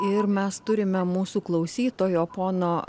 ir mes turime mūsų klausytojo pono